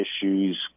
issues